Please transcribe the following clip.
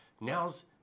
now's